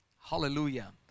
Hallelujah